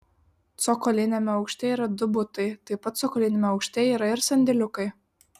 cokoliniame aukšte yra du butai taip pat cokoliniame aukšte yra ir sandėliukai